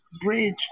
bridge